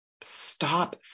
Stop